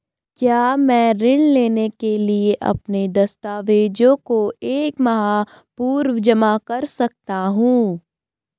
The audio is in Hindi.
क्या मैं ऋण लेने के लिए अपने दस्तावेज़ों को एक माह पूर्व जमा कर सकता हूँ?